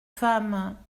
femme